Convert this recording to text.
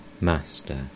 Master